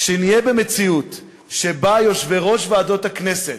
כשנהיה במציאות שבה יושבי-ראש ועדות הכנסת,